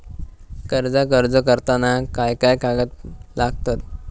कर्जाक अर्ज करताना काय काय कागद लागतत?